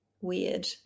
weird